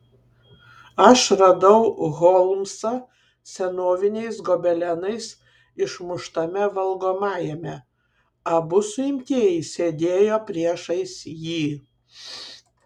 aš radau holmsą senoviniais gobelenais išmuštame valgomajame abu suimtieji sėdėjo priešais jį